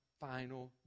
final